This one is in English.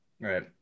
Right